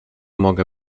mogę